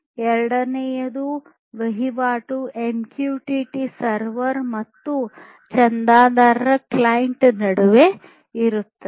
ಎರಡನೇ ವಹಿವಾಟು MQTT server ಮತ್ತು ಚಂದಾದಾರರ ಕ್ಲೈಂಟ್ ನಡುವೆ ಇರುತ್ತದೆ